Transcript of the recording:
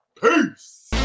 Peace